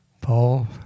Paul